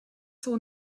saw